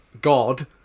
God